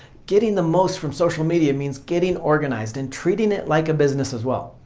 getting the most from social media means getting organized and treating it like a business as well.